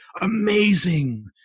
amazing